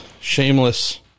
shameless